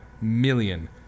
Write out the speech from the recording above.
million